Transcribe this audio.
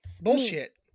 Bullshit